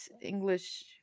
English